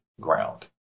ground